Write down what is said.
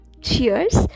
cheers